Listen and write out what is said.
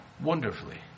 wonderfully